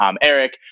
Eric